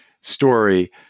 story